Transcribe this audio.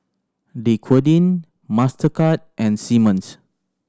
Dequadin Mastercard and Simmons